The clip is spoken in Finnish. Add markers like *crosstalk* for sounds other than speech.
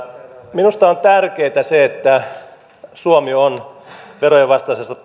minusta on tärkeätä se että suomi on veronkierron vastaisessa *unintelligible*